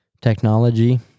technology